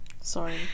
Sorry